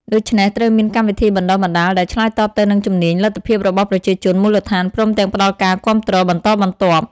ដូច្នេះ ត្រូវមានកម្មវិធីបណ្តុះបណ្តាលដែលឆ្លើយតបទៅនឹងជំនាញ លទ្ធភាពរបស់ប្រជាជនមូលដ្ឋាន ព្រមទាំងផ្តល់ការគាំទ្របន្តបន្ទាប់។